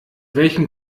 welchem